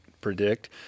predict